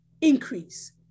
increase